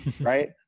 right